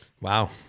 Wow